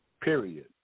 Period